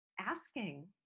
asking